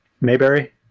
Mayberry